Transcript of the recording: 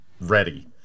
ready